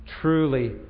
truly